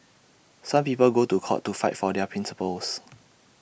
some people go to court to fight for their principles